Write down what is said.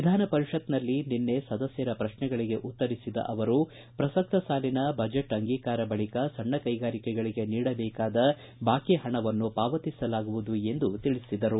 ವಿಧಾನ ಪರಿಷತ್ನಲ್ಲಿ ನಿನ್ನೆ ಸದಸ್ಯರ ಪ್ರಶ್ನೆಗಳಿಗೆ ಉತ್ತರಿಸಿದ ಅವರು ಪ್ರಸಕ್ತ ಸಾಲಿನ ಬಜೆಟ್ ಅಂಗೀಕಾರ ಬಳಿಕ ಸಣ್ಣ ಕೈಗಾರಿಕೆಗಳಿಗೆ ನೀಡಬೇಕಾದ ಬಾಕಿ ಹಣವನ್ನು ಪಾವತಿಸಲಾಗುವುದು ಎಂದು ತಿಳಿಸಿದರು